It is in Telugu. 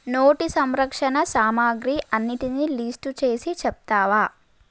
నోటి సంరక్షణ సామాగ్రి అన్నిటినీ లీస్టు చేసి చెప్తావా